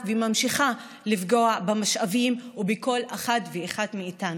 וממשיכים לפגוע במשאבים ובכל אחד ואחת מאיתנו.